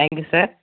thank you sir